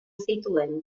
zituen